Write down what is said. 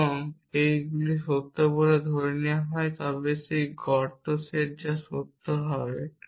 সুতরাং এগুলি সত্য বলে ধরে নেওয়া হয় তবে সেখানে গর্ত সেট যা সত্য হবে